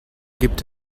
gibt